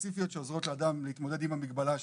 ספציפיות שעוזרות לאדם להתמודד עם המגבלה שלו.